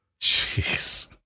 Jeez